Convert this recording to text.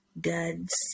duds